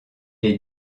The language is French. est